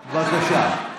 בבקשה.